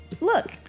Look